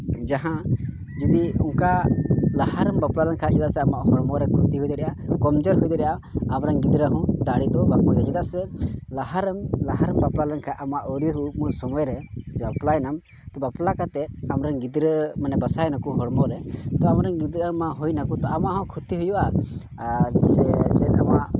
ᱡᱟᱦᱟᱸ ᱡᱩᱫᱤ ᱚᱱᱠᱟ ᱞᱟᱦᱟᱨᱮᱢ ᱵᱟᱯᱞᱟ ᱞᱮᱱᱠᱷᱟᱱ ᱪᱮᱫᱟᱜ ᱥᱮ ᱟᱢᱟᱜ ᱦᱚᱲᱢᱚ ᱨᱮ ᱠᱷᱚᱛᱤ ᱦᱩᱭ ᱫᱟᱲᱮᱭᱟᱜ ᱠᱚᱢ ᱡᱳᱨ ᱦᱩᱭ ᱫᱟᱲᱮᱭᱟᱜᱼᱟ ᱟᱢ ᱨᱮᱱ ᱜᱤᱫᱽᱨᱟᱹ ᱦᱚᱸ ᱫᱟᱲᱮ ᱵᱟᱝ ᱠᱚ ᱦᱩᱭᱩᱜᱼᱟ ᱪᱮᱫᱟᱜ ᱥᱮ ᱞᱟᱦᱟᱨᱮᱢ ᱞᱟᱦᱟᱨᱮᱢ ᱵᱟᱯᱞᱟ ᱞᱮᱱᱠᱷᱟᱱ ᱟᱢᱟᱜ ᱟᱹᱣᱨᱤ ᱦᱩᱭ ᱥᱚᱢᱚᱭ ᱨᱮ ᱵᱟᱯᱞᱟᱭᱮᱱᱟᱢ ᱵᱟᱯᱞᱟ ᱠᱟᱛᱮᱫ ᱟᱢᱨᱮᱱ ᱜᱤᱫᱽᱨᱟᱹ ᱢᱟᱱᱮ ᱵᱟᱥᱟᱭ ᱱᱟᱠᱚ ᱦᱚᱲᱢᱚ ᱨᱮ ᱛᱳ ᱟᱢ ᱨᱮᱱ ᱜᱤᱫᱽᱨᱟᱹ ᱟᱭᱢᱟ ᱦᱩᱭ ᱱᱟᱠᱚ ᱟᱢᱟᱜ ᱦᱚᱸ ᱠᱷᱚᱛᱤ ᱦᱩᱭᱩᱜᱼᱟ ᱟᱨ ᱥᱮ ᱢᱟᱜ